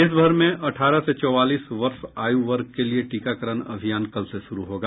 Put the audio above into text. देशभर में अठारह से चौवालीस वर्ष आयु वर्ग के लिए टीकाकरण अभियान कल से शुरू होगा